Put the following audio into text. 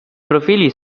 profili